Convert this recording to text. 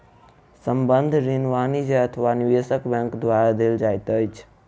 संबंद्ध ऋण वाणिज्य अथवा निवेशक बैंक द्वारा देल जाइत अछि